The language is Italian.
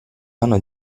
anno